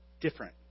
different